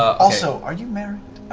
also, are you married?